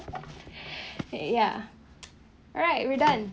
ya alright we done